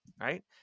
right